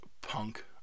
Punk